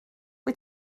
wyt